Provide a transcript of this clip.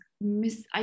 miss